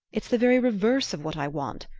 it's the very reverse of what i want.